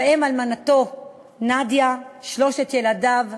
ובהם אלמנתו נדיה, שלושת ילדיו ואחיו.